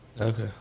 Okay